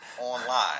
online